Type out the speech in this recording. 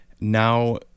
now